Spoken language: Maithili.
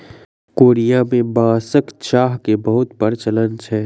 कोरिया में बांसक चाह के बहुत प्रचलन छै